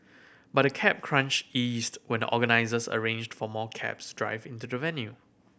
but the cab crunch eased when the organisers arranged for more cabs drive into the venue